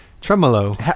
tremolo